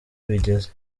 bigeze